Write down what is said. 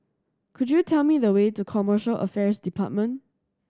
could you tell me the way to Commercial Affairs Department